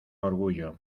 orgullo